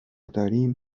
داریم